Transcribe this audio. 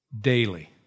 daily